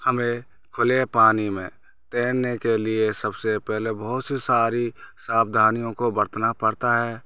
हमें खुले पानी में तैरने के लिए सबसे पहले बहुत सी सारी सावधानियों को बरतना पड़ता है